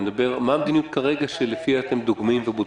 מה המדיניות כרגע שלפיה אתם דוגמים ובודקים?